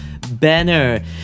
banner